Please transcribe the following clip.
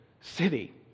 city